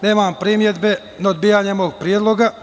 Nemam primedbe na odbijanje predloga.